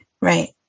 right